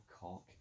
cock